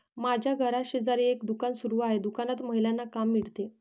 माझ्या घराशेजारी एक दुकान सुरू आहे दुकानात महिलांना काम मिळते